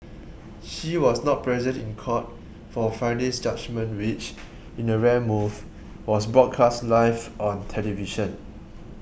she was not present in court for Friday's judgement which in a rare move was broadcast live on television